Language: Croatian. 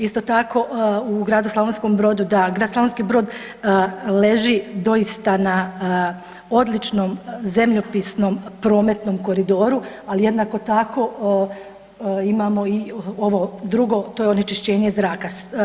Isto tako u gradu Slavonskom Brodu, da grad Slavonski Brod leži doista na odličnom zemljopisnom prometnom koridoru, ali jednako tako imamo i ovo drugo, to je onečišćenje zraka.